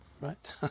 right